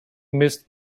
missed